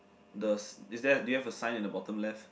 the is there a do you have a sign on the bottom left